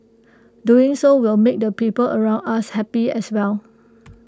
doing so will make the people around us happy as well